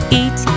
eat